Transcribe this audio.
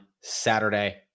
Saturday